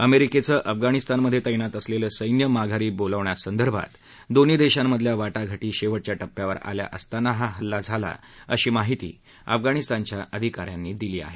अमेरिकेचं अफगाणिस्तानमध्ये तैनात असलेलं सैन्य माधारी बोलवण्यासंदर्भात दोन्ही देशांमधल्या वाटाघाटी शेवटच्या टप्प्यावर आल्या असताना हा हल्ला झाला अशी माहिती अफगाणिस्तानच्या अधिकाऱ्यांनी दिली आहे